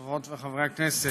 חברות וחברי הכנסת,